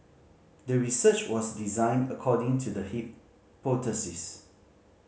the research was designed according to the hypothesis